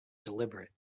deliberate